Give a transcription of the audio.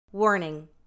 Warning